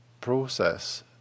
process